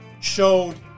showed